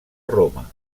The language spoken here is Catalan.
roma